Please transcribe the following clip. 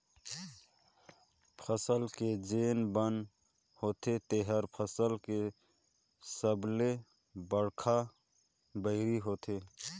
फसल के जेन बन होथे तेहर फसल के सबले बड़खा बैरी होथे